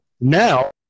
now